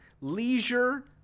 leisure